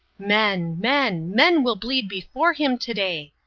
men, men, men will bleed before him today.